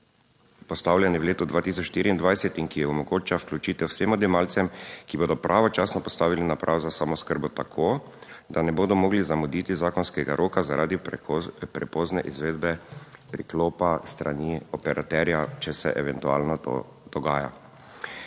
postavljeni v letu 2024 in ki omogoča vključitev vsem odjemalcem, ki bodo pravočasno postavili napravo za samooskrbo, tako da ne bodo mogli zamuditi zakonskega roka zaradi prepozne izvedbe priklopa s strani operaterja, če se eventualno to dogaja.